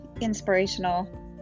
inspirational